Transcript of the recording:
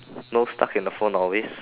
nose stuck in the phone always